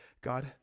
God